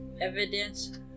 Evidence